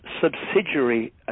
subsidiary